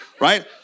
right